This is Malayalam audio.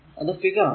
അത് ഫിഗർ ആണ്